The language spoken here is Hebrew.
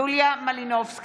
אינה נוכחת יוליה מלינובסקי,